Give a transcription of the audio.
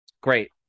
great